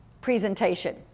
presentation